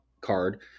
card